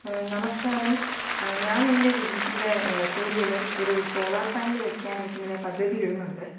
നമസ്കാരം ഞാൻ എൻ്റെ വീടിൻ്റെ കൂരയിൽ ഒരു സോളാർ പാനല് വയ്ക്കാനായിട്ട് ഇങ്ങനെ പദ്ധതിയിടുന്നുണ്ട്